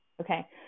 Okay